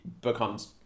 becomes